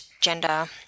gender